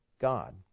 God